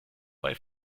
bei